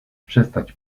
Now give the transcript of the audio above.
przestać